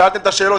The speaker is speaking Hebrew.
שאלתם את השאלות,